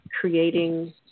creating